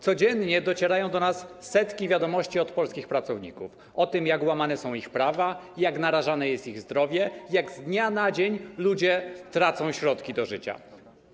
Codziennie docierają do nas setki wiadomości od polskich pracowników o tym, jak łamane są ich prawa, jak narażane jest ich zdrowie, jak z dnia na dzień ludzie tracą środki do życia.